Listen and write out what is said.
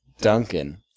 Duncan